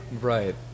Right